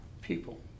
people